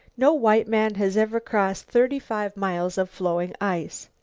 no white man has ever crossed thirty-five miles of floeing ice.